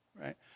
right